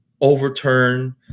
overturn